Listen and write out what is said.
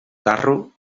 carro